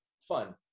fun